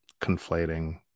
conflating